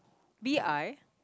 B_I